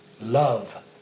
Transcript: love